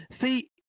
See